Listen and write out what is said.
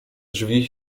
drzwi